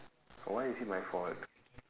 why is it my fault